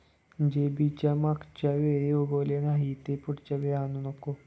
जे बी मागच्या वेळी उगवले नाही, ते पुढच्या वेळी आणू नको